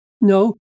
No